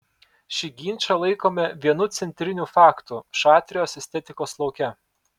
šį ginčą laikome vienu centrinių faktų šatrijos estetikos lauke